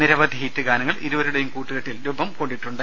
നിരവധി ഹിറ്റ് ഗാനങ്ങൾ ഇവരുടെ കൂട്ടുകെട്ടിൽ രൂപം കൊണ്ടിട്ടുണ്ട്